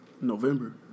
November